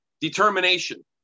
determination